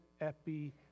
epi